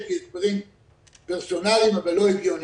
יש לי הסברים פרסונאליים אבל לא הגיוניים,